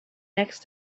next